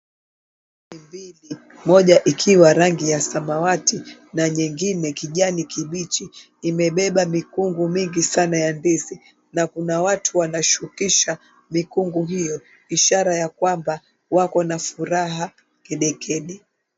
Pikipiki moja ikiwa rangi ya samawati na nyingine kijani kibichi imebeba mikungu mingi sana ya gesi na kuna watu wanashukisha mikungu hiyo ishara ya kwamba wako na furaha kedekede.